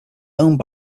owned